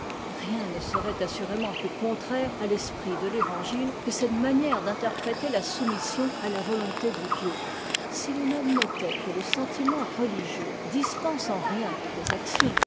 rien ne serait assurément plus contraire à l'esprit de fëvangile que cette manière d'interpréter la soumission à la volonté de dieu si l'on admettait que le sentiment religieux dispense en rien des actions